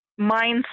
mindset